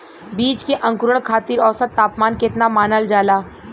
बीज के अंकुरण खातिर औसत तापमान केतना मानल जाला?